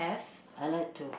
I like to